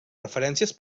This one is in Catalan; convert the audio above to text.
referències